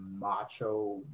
macho